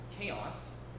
chaos